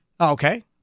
Okay